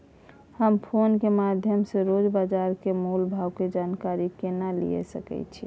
हम फोन के माध्यम सो रोज बाजार के मोल भाव के जानकारी केना लिए सके छी?